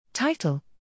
Title